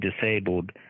disabled